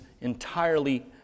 entirely